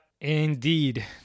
Indeed